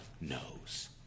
knows